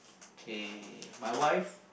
K my wife